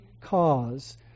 cause